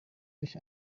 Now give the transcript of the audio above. durch